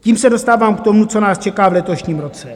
Tím se dostávám k tomu, co nás čeká v letošním roce.